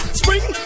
spring